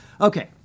Okay